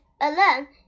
alone